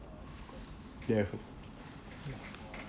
there f~